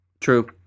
True